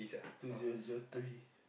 two zero zero three